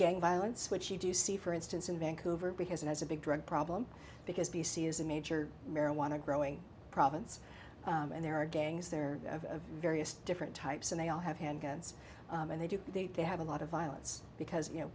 gang violence which you do see for instance in vancouver because it has a big drug problem because b c is a major marijuana growing province and there are gangs there of various different types and they all have handguns and they do they have a lot of violence because you know